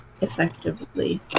effectively